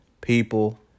People